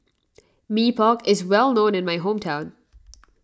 Mee Pok is well known in my hometown